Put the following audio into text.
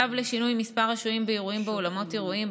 צו לשינוי מספר השוהים באירועים באולמות אירועים,